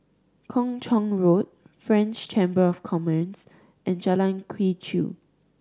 Kung Chong Road French Chamber of Commerce and Jalan Quee Chew